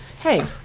Hey